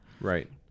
Right